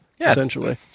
essentially